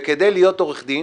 וכדי להיות עורך דין,